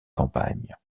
campagne